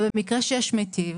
ובמקרה שיש מיטיב,